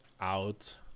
out